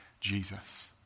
Jesus